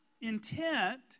intent